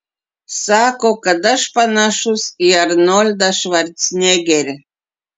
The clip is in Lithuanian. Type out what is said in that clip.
sako kad aš panašus į arnoldą švarcnegerį